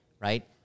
right